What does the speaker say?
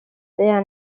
their